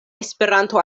esperanto